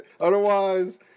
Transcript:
Otherwise